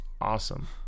awesome